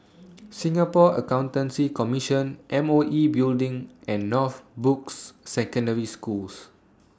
Singapore Accountancy Commission M O E Building and Northbrooks Secondary Schools